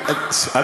מתירה את דמם?